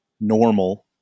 normal